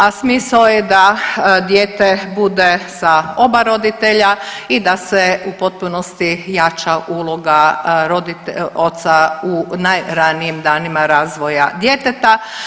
A smisao je da dijete bude sa oba roditelja i da se u potpunosti jača uloga .../nerazumljivo/... oca u najranijim danima razvoja djeteta.